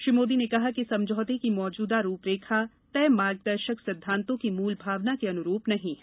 श्री मोदी ने कहा कि समझौते की मौजुदा रूपरेखा तय मार्गदर्शक सिद्धांतों की मुल भावना के अनुरूप नही है